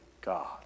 God